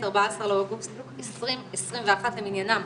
14 באוגוסט 2021 למניינם.